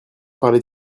parler